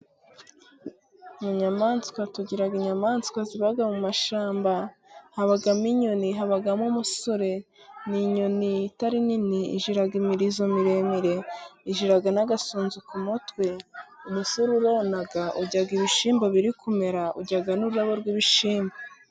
Mu nyamaswa, tugira inyamaswa ziba mu mashyamba habamo inyoni, habamo umusure. Umusure ni inyoni itari nini igira imirizo miremire, igira n'agasunzu ku mutwe. Umusure urona, uryaga ibishimbo biri kumera, urya n'ururabo rw'ibishyimbo.